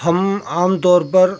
ہم عام طور پر